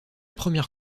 première